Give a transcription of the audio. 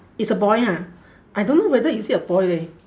it's a boy ha I don't know whether is it a boy leh